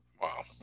Wow